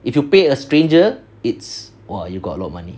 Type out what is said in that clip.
if you pay a stranger it's !wah! you got a lot money